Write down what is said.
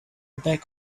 back